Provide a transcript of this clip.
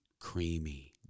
creamy